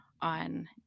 on